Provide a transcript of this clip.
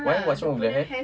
why what's wrong with the hair